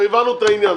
הבנו את העניין.